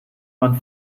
man